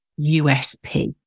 USP